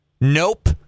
Nope